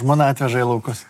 žmona atveža į laukus